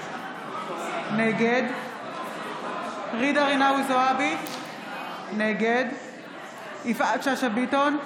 נגד ג'ידא רינאוי זועבי, נגד יפעת שאשא ביטון,